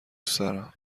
سرم